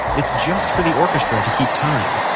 it's just for the orchestra to keep time.